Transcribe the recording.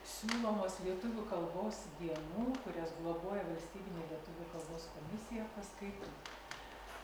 siūlomos lietuvių kalbos dienų kurias globoja valstybinė lietuvių kalboskomisija paskaitų